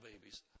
babies